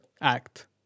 act